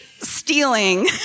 Stealing